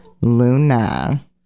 Luna